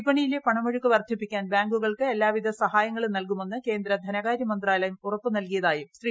വിപണിയിളെ പ്രണ്മൊഴുക്ക് വർദ്ധിപ്പിക്കാൻ ബാങ്കുകൾക്ക് എല്ലാവിധ സഹായങ്ങളും ്യാൽകുമെന്ന് കേന്ദ്ര ധനകാര്യമന്ത്രാലയം ഉറപ്പു നൽകിയതായും ശ്രീ